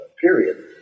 period